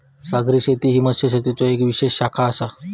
सागरी शेती ही मत्स्यशेतीचो येक विशेष शाखा आसा